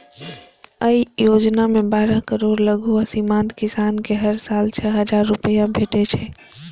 अय योजना मे बारह करोड़ लघु आ सीमांत किसान कें हर साल छह हजार रुपैया भेटै छै